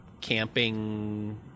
camping